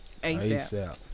ASAP